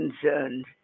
concerned